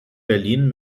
berlin